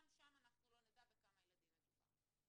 גם שם אנחנו לא נדע בכמה ילדים מדובר.